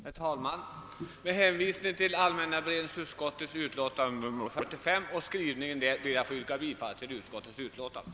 Herr talman! Med hänvisning till skrivningen i allmänna beredningsutskottets utlåtande nr 45 ber jag få yrka bifall till utskottets hemställan.